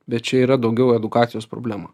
bet čia yra daugiau edukacijos problema